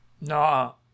No